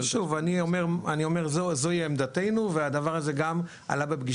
שוב אני אומר זוהי עמדתנו והדבר הזה עלה גם בפגישה